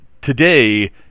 today